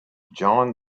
john